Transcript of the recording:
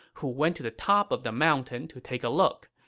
who went to the top of the mountain to take a look.